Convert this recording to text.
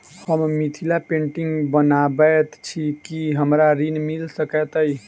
हम मिथिला पेंटिग बनाबैत छी की हमरा ऋण मिल सकैत अई?